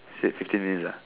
said fifteen minutes ah